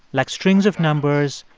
like strings of numbers,